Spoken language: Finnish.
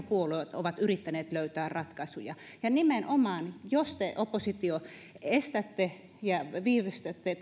puolueet ovat yrittäneet löytää ratkaisuja ja nimenomaan jos te oppositio estätte tämän käsittelyn ja viivästytätte